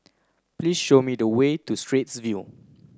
please show me the way to Straits View